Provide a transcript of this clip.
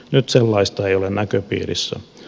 nyt sellaista ei ole näköpiirissä